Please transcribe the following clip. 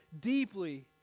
deeply